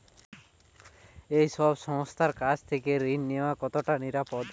এই সব সংস্থার কাছ থেকে ঋণ নেওয়া কতটা নিরাপদ?